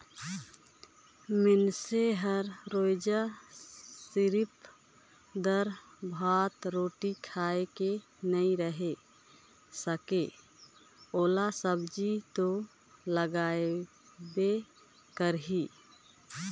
मइनसे हर रोयज सिरिफ दारा, भात, रोटी खाए के नइ रहें सके ओला सब्जी तो लगबे करही